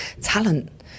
talent